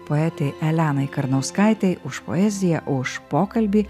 poetei elenai karnauskaitei už poeziją už pokalbį